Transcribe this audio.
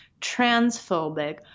transphobic